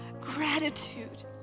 gratitude